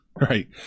right